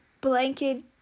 blanket